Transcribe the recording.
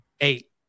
Eight